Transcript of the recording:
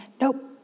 nope